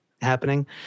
happening